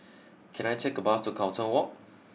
can I take a bus to Carlton Walk